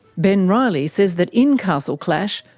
ben riley says that in castle clash,